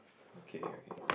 okay okay